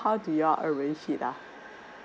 how do you all arrange it uh